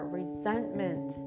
resentment